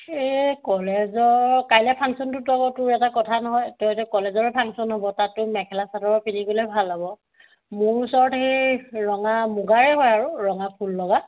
এই কলেজৰ কাইলৈ ফাংচনটোৰ তোৰ এটা কথা নহয় তই যে কলেজৰ ফাংচন হ'ব তাততো মেখেলা চাদৰ পিন্ধি গ'লে ভাল হ'ব মোৰ ওচৰত সেই ৰঙা মুগাৰ বাৰু ৰঙা ফুল লগা